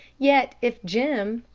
yet if jim,